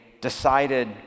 decided